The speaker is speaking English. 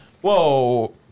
whoa